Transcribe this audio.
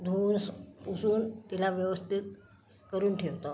धुवून सु पुसून तिला व्यवस्थित करून ठेवतो